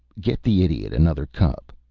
get the idiot another cup.